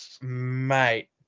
Mate